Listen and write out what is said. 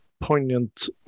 poignant